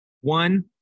one